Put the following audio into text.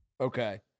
Okay